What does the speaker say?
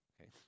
okay